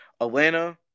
Atlanta